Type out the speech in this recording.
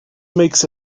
makes